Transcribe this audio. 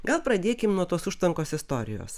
gal pradėkim nuo tos užtvankos istorijos